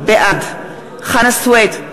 בעד חנא סוייד,